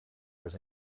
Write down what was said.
was